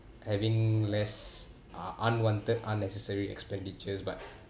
having less uh unwanted unnecessary expenditures but